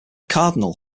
cardinal